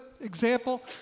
Example